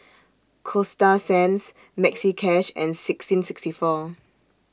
Coasta Sands Maxi Cash and sixteenth sixty four